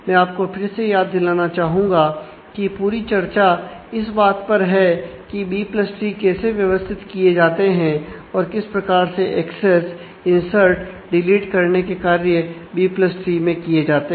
मैं आपको फिर से याद दिलाना चाहूंगा कि पूरी चर्चा इस बात पर है कि बी प्लस ट्री कैसे व्यवस्थित किए जाते हैं और किस प्रकार से एक्सेस करने के कार्य बी प्लस ट्री में किए जाते हैं